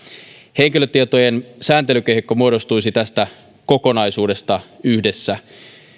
henkilötietojen sääntelykehikko muodostuisi tästä kokonaisuudesta yhdessä